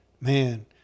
man